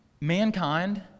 mankind—